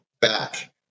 back